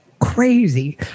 Crazy